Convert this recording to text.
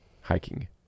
hiking